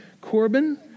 Corbin